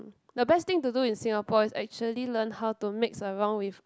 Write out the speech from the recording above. the best thing to do in Singapore it's actually learn how to mix around with